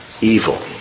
evil